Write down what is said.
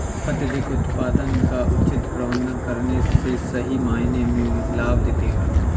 अत्यधिक उत्पादन का उचित प्रबंधन करने से सही मायने में लाभ दिखेगा